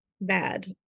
bad